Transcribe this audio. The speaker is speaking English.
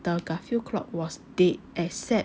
the garfield clock was dead except